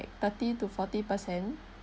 thirty to forty percent